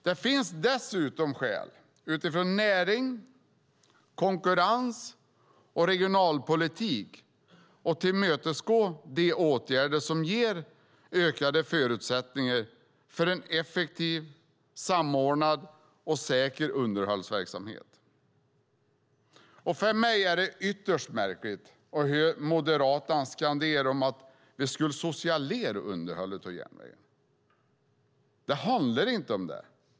Det finns dessutom skäl utifrån närings-, konkurrens och regionalpolitik att tillmötesgå de åtgärder som ger ökade förutsättningar för en effektiv, samordnad och säker underhållsverksamhet. För mig är det ytterst märkligt att höra Moderaterna skandera om att vi skulle socialisera underhållet av järnvägen. Det handlar inte om det.